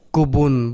Kubun